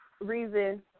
reason